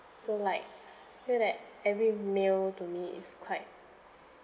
so like I feel that every meal to me is quite